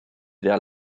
vers